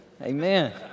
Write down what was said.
amen